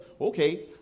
okay